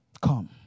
Come